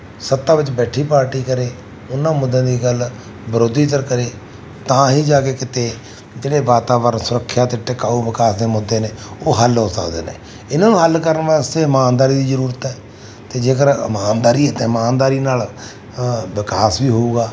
ਸੱਤਾ ਵਿੱਚ ਬੈਠੀ ਪਾਰਟੀ ਕਰੇ ਉਹਨਾਂ ਮੁੱਦਿਆਂ ਦੀ ਗੱਲ ਵਿਰੋਧੀ ਧਿਰ ਕਰੇ ਤਾਂ ਹੀ ਜਾ ਕੇ ਕਿਤੇ ਜਿਹੜੇ ਵਾਤਾਵਰਨ ਸੁਰੱਖਿਆ ਅਤੇ ਟਿਕਾਊ ਵਿਕਾਸ ਦੇ ਮੁੱਦੇ ਨੇ ਉਹ ਹੱਲ ਹੋ ਸਕਦੇ ਨੇ ਇਹਨਾਂ ਨੂੰ ਹੱਲ ਕਰਨ ਵਾਸਤੇ ਇਮਾਨਦਾਰੀ ਦੀ ਜ਼ਰੂਰਤ ਹੈ ਅਤੇ ਜੇਕਰ ਇਮਾਨਦਾਰੀ ਅਤੇ ਇਮਾਨਦਾਰੀ ਨਾਲ ਵਿਕਾਸ ਵੀ ਹੋਊਗਾ